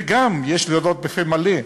וגם, יש להודות בפה מלא,